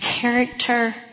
character